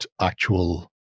actual